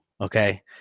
okay